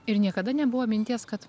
ir niekada nebuvo minties kad